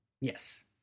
Yes